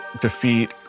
defeat